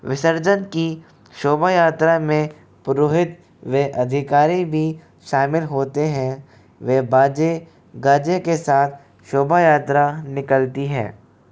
विसर्जन की शोभायात्रा में पुरोहित व अधिकारी भी शामिल होते हैं व बाजे गाजे के साथ शोभा यात्रा निकलती है